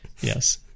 Yes